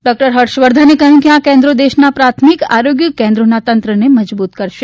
doctor હર્ષવર્ધને કહ્યું કે આ કેન્દ્રો દેશના પ્રાથમિક આરોગ્ય કેન્દ્રોના તંત્રને મજબૂત કરશે